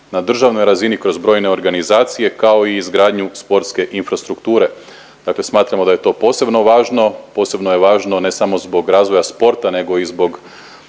na državnoj razini kroz brojne organizacije, kao i izgradnju sportske infrastrukture. Dakle smatramo da je to posebno važno, posebno je važno, ne samo zbog razvoja sporta nego i zbog